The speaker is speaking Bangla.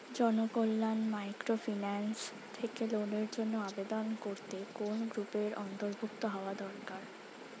জনকল্যাণ মাইক্রোফিন্যান্স থেকে লোনের জন্য আবেদন করতে কোন গ্রুপের অন্তর্ভুক্ত হওয়া দরকার?